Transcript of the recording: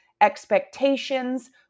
expectations